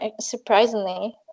surprisingly